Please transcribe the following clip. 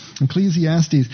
Ecclesiastes